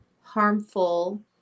harmful